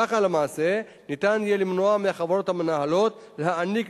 כך למעשה ניתן יהיה למנוע מהחברות המנהלות להעניק